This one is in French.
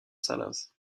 salins